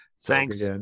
Thanks